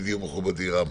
ידידי ומכובדי, רם.